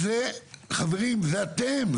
חברים, זה אתם.